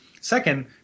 Second